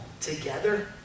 together